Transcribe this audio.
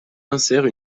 insère